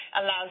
allows